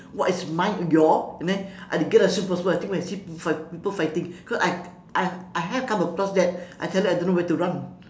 what is mine your and then I have to get out as soon as possible when I think I see fi~ people fighting cause I I I have come across that I tell you I don't know where to run